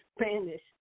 Spanish